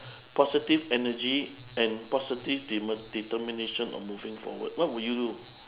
positive energy and positive determination of moving forward what would you do